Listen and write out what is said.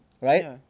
right